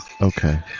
Okay